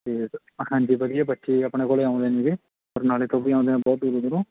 ਅਤੇ ਹਾਂਜੀ ਵਧੀਆ ਬੱਚੇ ਆਪਣੇ ਕੋਲ ਆਉਂਦੇ ਨੇਗੇ ਬਰਨਾਲੇ ਤੋਂ ਵੀ ਆਉਂਦੇ ਨੇ ਬਹੁਤ ਦੂਰੋਂ ਦੂਰੋਂ